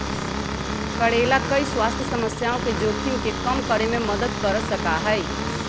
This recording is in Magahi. करेला कई स्वास्थ्य समस्याओं के जोखिम के कम करे में मदद कर सका हई